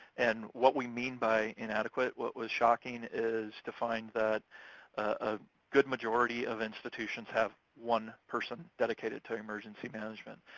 and what we mean by inadequate, what was shocking is to find that a good majority of institutions have one person dedicated to emergency management.